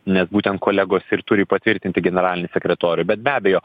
nes būtent kolegos ir turi patvirtinti generalinį sekretorių bet be abejo